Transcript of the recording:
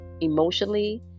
emotionally